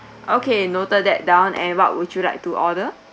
okay noted that down and what would you like to order